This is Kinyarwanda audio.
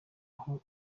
aho